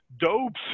dopes